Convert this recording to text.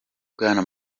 bwana